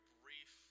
brief